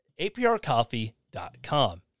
aprcoffee.com